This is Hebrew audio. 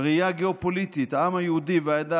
בראייה גיאו-פוליטית העם היהודי והעדה